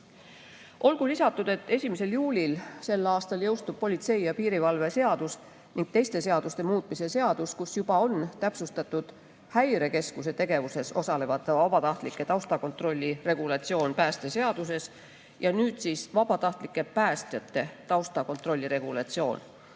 Olgu lisatud, et 1. juulil sel aastal jõustub politsei ja piirivalve seaduse ning teiste seaduste muutmise seadus, kus juba on täpsustatud Häirekeskuse tegevuses osalevate vabatahtlike taustakontrolli regulatsioon päästeseaduses, ja nüüd siis [muudetakse] ka vabatahtlike päästjate taustakontrolli regulatsiooni.